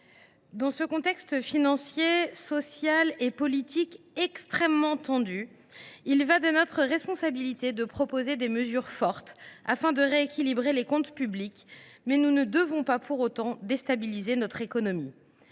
dans ce contexte financier, social et politique extrêmement tendu, il est de notre responsabilité de proposer des mesures fortes afin de rééquilibrer les comptes publics, mais nous ne devons pas pour autant déstabiliser notre économie.